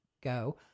go